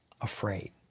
afraid